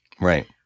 Right